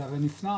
זה הרי נפלא,